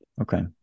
Okay